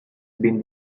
been